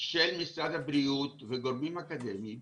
של משרד הבריאות וגורמים אקדמיים,